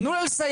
תנו לה לסיים.